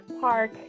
Park